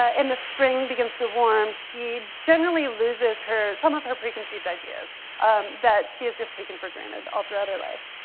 ah and the spring begins to warm she generally loses some of her preconceived ideas that she has just taken for granted all throughout her life.